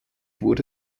wurde